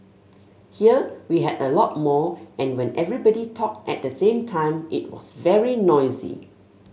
here we had a lot more and when everybody talked at the same time it was very noisy